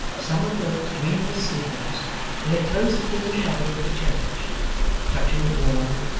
some of those dreamless sleepers lay close within the shadow of the church touching the wall,